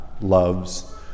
loves